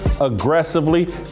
aggressively